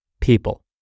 people